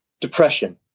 Depression